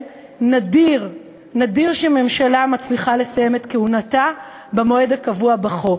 נדיר שממשלה מצליחה לסיים את כהונתה במועד הקבוע בחוק.